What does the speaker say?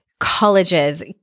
colleges